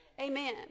Amen